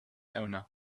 owner